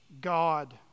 God